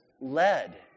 led